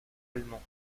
allemand